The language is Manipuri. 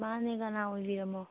ꯃꯥꯅꯤ ꯀꯅꯥ ꯑꯣꯏꯕꯤꯔꯃꯣ